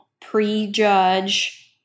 prejudge